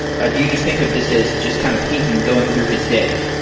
ah do you just think of this as just kind of hiten going through his day?